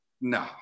no